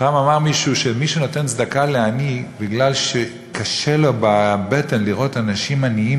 פעם אמר מישהו שמי שנותן צדקה לעני כי קשה לו בבטן לראות אנשים עניים,